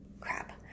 crap